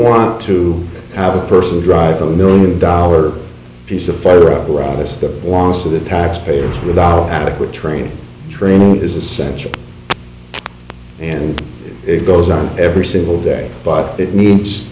want to have a person drive a million dollar piece of fire up around us that wants to the taxpayers without adequate training training is essential and it goes on every single day but it needs